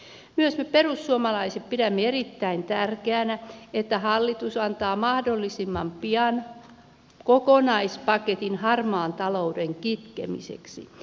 myös me perussuomalaiset pidämme erittäin tärkeänä että hallitus antaa mahdollisimman pian kokonaispaketin harmaan talouden kitkemiseksi